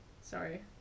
Sorry